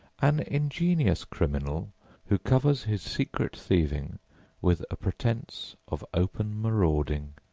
an ingenious criminal who covers his secret thieving with a pretence of open marauding.